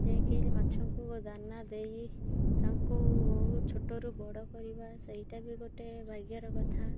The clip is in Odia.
ଯିଏକି ମାଛଙ୍କୁ ଦାନା ଦେଇ ତାଙ୍କୁ ଛୋଟରୁ ବଡ଼ କରିବା ସେଇଟା ବି ଗୋଟେ ଭାଗ୍ୟର କଥା